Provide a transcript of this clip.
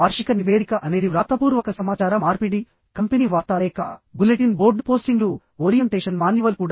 వార్షిక నివేదిక అనేది వ్రాతపూర్వక సమాచార మార్పిడి కంపెనీ వార్తాలేఖ బులెటిన్ బోర్డు పోస్టింగ్లు ఓరియంటేషన్ మాన్యువల్ కూడా